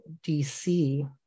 DC